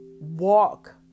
walk